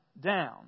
down